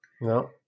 no